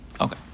Okay